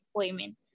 employment